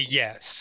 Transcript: yes